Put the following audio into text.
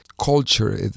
culture